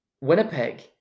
Winnipeg